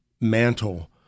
mantle